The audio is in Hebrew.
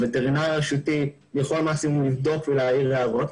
הווטרינר הרשותי יכול מקסימום לבדוק ולהעיר הערות.